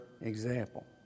example